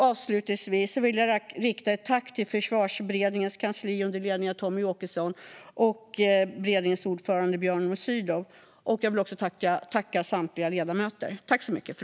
Avslutningsvis vill jag rikta ett tack till Försvarsberedningens kansli under ledning av Tommy Åkesson och till beredningens ordförande Björn von Sydow. Jag vill också tacka samtliga ledamöter.